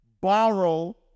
borrow